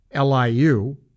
LIU